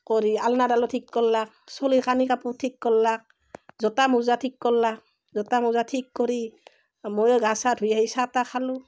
কৰি আলনাডালো ঠিক কৰলাক চলিৰ কানি কাপোৰ ঠিক কৰলাক জোতা মোজা ঠিক কৰলাক জোতা মোজা ঠিক কৰি ময়ো গা চা ধুই আহি চাহ তাহ খালোঁ